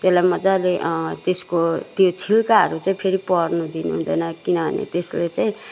त्यसलाई मजाले त्यसको त्यो छिल्काहरू चाहिँ फेरि पर्नु दिनु हुँदैन किनभने त्यसले चाहिँ